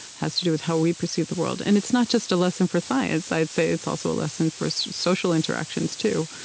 has to do with how we perceive the world. and it's not just a lesson for science i'd say it's also a lesson for social interactions too.